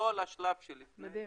מדהים.